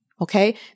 okay